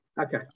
Okay